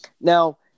Now